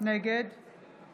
נגד